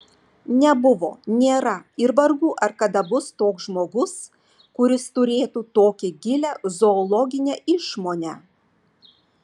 nebuvo nėra ir vargu ar kada bus toks žmogus kuris turėtų tokią gilią zoologinę išmonę